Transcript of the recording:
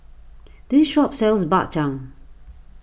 this shop sells Bak Chang